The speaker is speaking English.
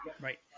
right